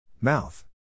Mouth